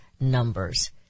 numbers